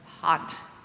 hot